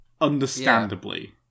Understandably